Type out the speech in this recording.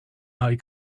eye